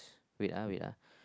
wait ah wait ah